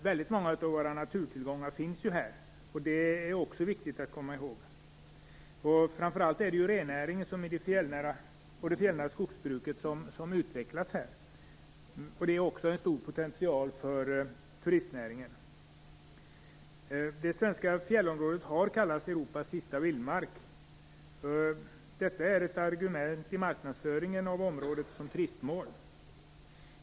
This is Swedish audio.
Väldigt många av våra naturtillgångar finns ju här. Det är också viktigt att komma ihåg. Framför allt är det rennäringen och det fjällnära skogsbruket som utvecklats här. Det är också en stor potential för turistnäringen. Det svenska fjällområdet har kallats Europas sista vildmark. Detta är ett argument i marknadsföringen av området som turistmål.